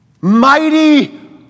mighty